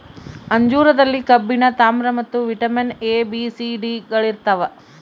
ಅಂಜೂರದಲ್ಲಿ ಕಬ್ಬಿಣ ತಾಮ್ರ ಮತ್ತು vitamin A B C D ಗಳಿರ್ತಾವ